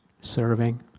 serving